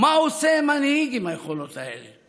מה עושה מנהיג עם היכולות האלה?